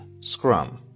Scrum